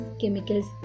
chemicals